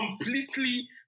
completely